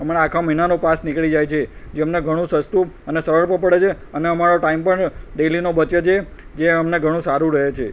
અમારા આખા મહિનાનો પાસ નીકળી જાય છે જે અમને ઘણું સસ્તું અને સરળ પણ પડે છે અને અમારો ટાઇમ પણ ડેઈલીનો બચે છે જે અમને ઘણું સારું રહે છે